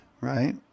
right